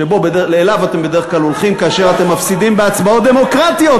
שאליו אתם בדרך כלל הולכים כאשר אתם מפסידים בהצבעות דמוקרטיות.